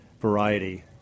variety